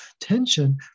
tension